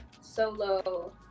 solo